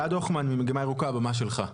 אלעד הוכמן ממגמה ירוקה, הבמה שלך.